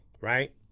Right